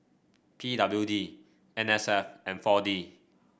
P W D N S F and four D